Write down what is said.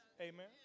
Amen